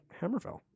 Hammerfell